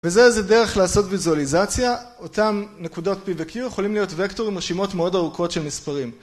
וזה איזה דרך לעשות ויזואליזציה, אותם נקודות p וq יכולים להיות וקטור עם רשימות מאוד ארוכות של מספרים.